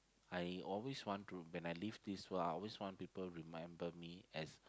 I always want to when I leave this world I always want people remember me as